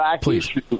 Please